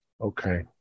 Okay